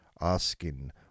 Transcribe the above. asking